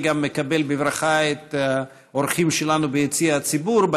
אני מקבל בברכה את האורחים שלנו ביציע הציבור,